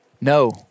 No